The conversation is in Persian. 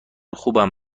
خوبم